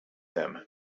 them